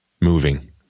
moving